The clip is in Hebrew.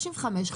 35,